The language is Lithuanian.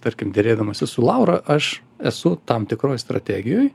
tarkim derėdamasis su laura aš esu tam tikroj strategijoj